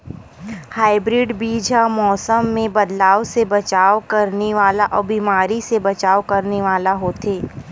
hybrid बीज हा मौसम मे बदलाव से बचाव करने वाला अउ बीमारी से बचाव करने वाला होथे